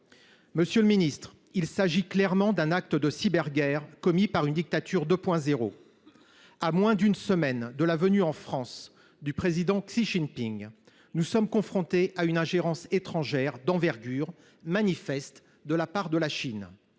mars dernier. Il s’agit clairement d’un acte de cyberguerre, commis par une dictature 2.0. À moins d’une semaine de la venue en France du président Xi Jinping, nous sommes confrontés à une manifeste ingérence étrangère d’envergure de la part de la Chine,